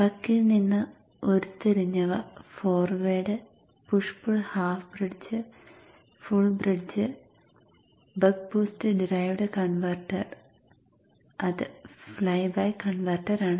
ബക്കിൽ നിന്ന് ഉരുത്തിരിഞ്ഞവ forward push pull half bridge full ബ്രിഡ്ജും ബക്ക് ബൂസ്റ്റ് ഡിറൈവ്ഡ് കൺവെർട്ടറും അത് ഫ്ലൈ ബക്ക് കൺവെർട്ടറാണ്